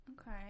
Okay